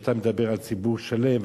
כשאתה מדבר על ציבור שלם,